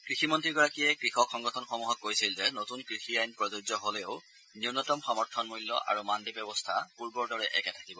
কৃষিমন্ত্ৰীগৰাকীয়ে কৃষক সংগঠনসমূহক কৈছিল যে নতুন কৃষি আইন প্ৰযোজ্য হলেও ন্যনতম সমৰ্থনমূল্য আৰু মান্দি ব্যৱস্থা পূৰ্বৰ দৰে একে থাকিব